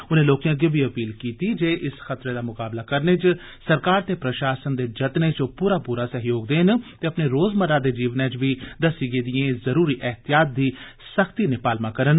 उनें लोकें अग्गे बी अपील कीती जे इस खतरे दा मुकाबला करने च सरकार ते प्रशासन दे जतनें च पूरा पूरा सहयोग देन ते अपने रोजमर्रा दे जीवनै च बी दस्सी गेदिएं जरुरी एहतियात दी सख्ती नै पालमा करन